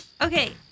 Okay